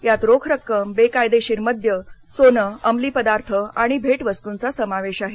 यात रोख रक्कम बेकायदेशीर मद्य सोने अंमली पदार्थ आणि भेटवस्तूचा समावेश आहे